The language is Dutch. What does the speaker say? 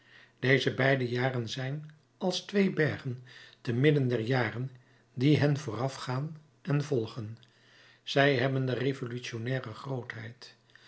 deze beide jaren zijn als twee bergen te midden der jaren die hen voorafgaan en volgen zij hebben de revolutionnaire grootheid